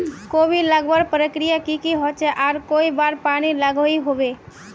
कोबी लगवार प्रक्रिया की की होचे आर कई बार पानी लागोहो होबे?